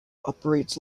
operates